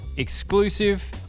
Exclusive